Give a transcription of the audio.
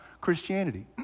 Christianity